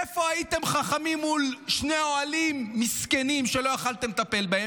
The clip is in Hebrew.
איפה הייתם חכמים מול שני אוהלים מסכנים שלא יכולתם לטפל בהם?